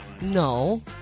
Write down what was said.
No